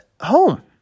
home